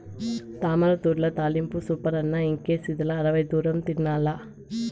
తామరతూడ్ల తాలింపు సూపరన్న ఇంకేసిదిలా అరవై దూరం తినాల్ల